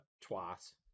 twice